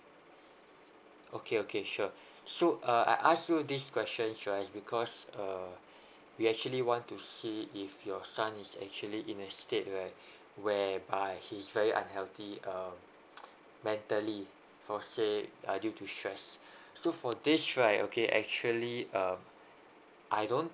okay okay sure so uh I ask you this question should I is because err we actually want to see if your son is actually in a state like where whereby he is very unhealthy uh mentally for said by due to stress so this right okay actually um I don't